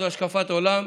השקפת עולם,